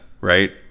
right